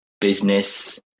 business